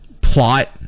plot